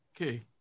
Okay